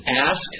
ask